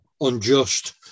unjust